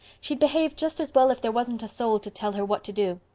she'd behave just as well if there wasn't a soul to tell her what to do.